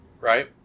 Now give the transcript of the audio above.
Right